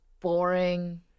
boring